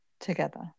together